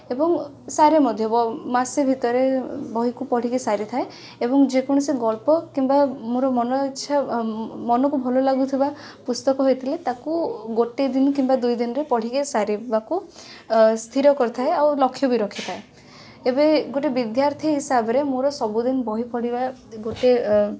ଏବଂ ସାରେ ମଧ୍ୟ ମାସେ ଭିତରେ ବହିକୁ ପଢ଼ିକି ସାରିଥାଏ ଏବଂ ଯେକୌଣସି ଗଳ୍ପ କିମ୍ବା ମୋର ମନ ଇଚ୍ଛା ମନକୁ ଭଲଲାଗୁଥିବା ପୁସ୍ତକ ହୋଇଥିଲେ ତାକୁ ଗୋଟେଦିନ କିମ୍ବା ଦୁଇଦିନରେ ପଢ଼ିକି ସାରିବାକୁ ସ୍ଥିରକରିଥାଏ ଆଉ ଲକ୍ଷ୍ୟ ବି ରଖିଥାଏ ଏବେ ଗୋଟେ ବିଦ୍ୟାର୍ଥୀ ହିସାବରେ ମୋର ସବୁଦିନ ବହିପଢ଼ିବା ଗୋଟେ ଏ